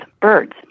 birds